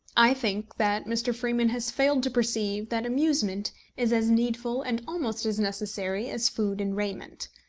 i think that mr. freeman has failed to perceive that amusement is as needful and almost as necessary as food and raiment.